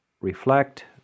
reflect